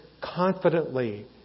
confidently